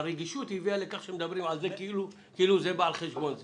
הרגישות הביאה לכך שמדברים על זה כאילו זה בא על חשבון זה.